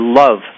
love